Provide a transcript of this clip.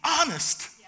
honest